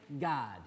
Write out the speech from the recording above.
God